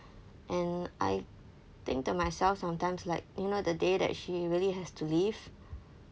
and I think to myself sometimes like you know the day that she really has to leave